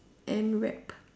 and rap